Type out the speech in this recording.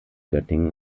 göttingen